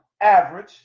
average